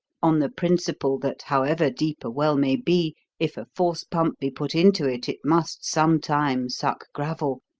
on the principle that however deep a well may be if a force-pump be put into it it must some time suck gravel,